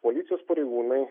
policijos pareigūnai